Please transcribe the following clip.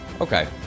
Okay